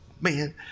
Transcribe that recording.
man